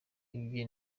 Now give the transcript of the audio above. ibye